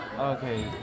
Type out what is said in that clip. Okay